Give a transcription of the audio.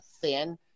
thin